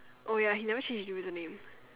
oh ya he never change his user name